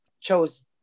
chose